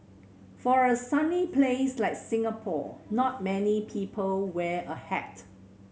for a sunny place like Singapore not many people wear a hat